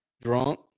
drunk